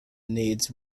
needs